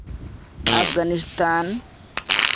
Afghanistan